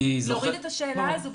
להוריד את השאלה הזאת.